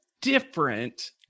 different